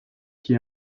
qui